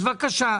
אז בבקשה.